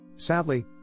Sadly